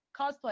cosplay